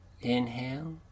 Inhale